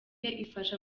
ifasha